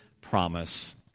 promise